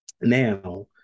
now